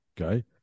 okay